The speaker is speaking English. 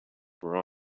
were